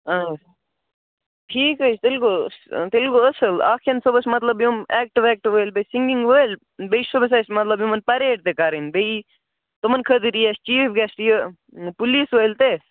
اَہَن حظ ٹھیٖک حظ چھُ تیٚلہِ گوٚو تیٚلہِ گوٚو اَصٕل اَکھ یِن صُبَحس مطلب یِم ایٚکٹہٕ ویکٹہٕ وٲلۍ بیٚیہِ سِنٛگِنٛگ وٲلۍ بیٚیہِ صُبَحس اَسہِ مطلب یِمَن پریڈ تہِ کَرٕنۍ بیٚیہِ یِیہِ تِمَن خٲطرٕ یی اَسہِ چیٖف گیسٹ یہِ پُلیٖس وٲلۍ تہِ